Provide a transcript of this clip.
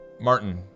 Martin